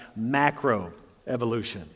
macroevolution